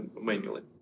manually